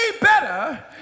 better